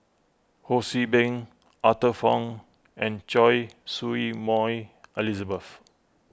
Ho See Beng Arthur Fong and Choy Su Moi Elizabeth